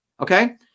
Okay